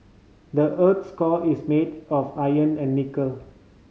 the earth core is made of iron and nickel